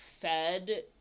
fed